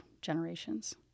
generations